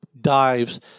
dives